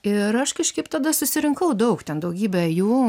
ir aš kažkaip tada susirinkau daug ten daugybę jų